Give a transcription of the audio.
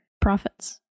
profits